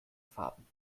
farben